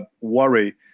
worry